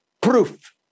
proof